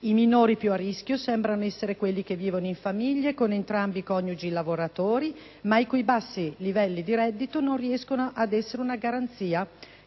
I minori più a rischio sembrano essere quelli che vivono in famiglie con entrambi i coniugi lavoratori ma i cui bassi livelli di reddito non riescono ad essere una garanzia